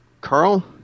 Carl